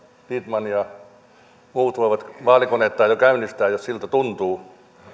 lindtman ja muut voivat vaalikonettaan jo käynnistää jos siltä tuntuu